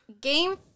game